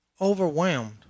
overwhelmed